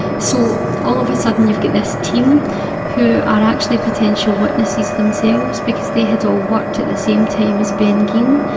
so all of a sudden you've got this team who are actually potential witnesses themselves because they had all worked at the same time as ben geen,